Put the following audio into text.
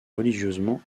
religieusement